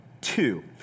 two